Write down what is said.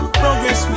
progress